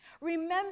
remember